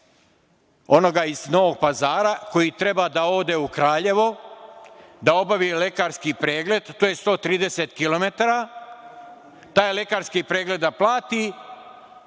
onog iz Novog Pazara koji treba da ode u Kraljevo da obavi lekarski pregled, to je 130 km, taj lekarski pregled da plati